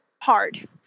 hard